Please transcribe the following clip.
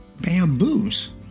bamboos